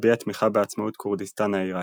הביע תמיכה בעצמאות כורדיסטן העיראקית.